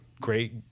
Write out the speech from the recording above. great